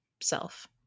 self